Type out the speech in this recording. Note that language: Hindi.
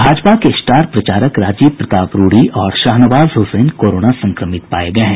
भाजपा के स्टार प्रचारक राजीव प्रताप रूढ़ी और शाहनवाज हुसैन कोरोना संक्रमित पाये गये हैं